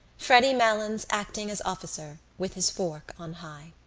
freddy malins acting as officer with his fork on high.